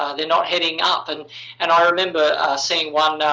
they're not heading up. and and i remember seeing one